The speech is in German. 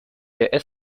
der